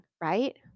Right